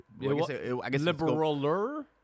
Liberaler